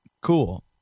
cool